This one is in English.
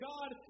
God